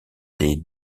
des